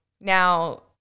now